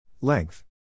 Length